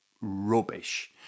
rubbish